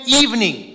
evening